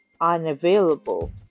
unavailable